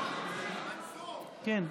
מנסור לא.